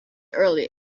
early